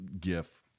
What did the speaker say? gif